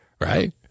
right